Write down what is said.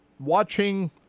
Watching